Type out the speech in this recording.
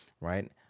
right